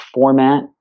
format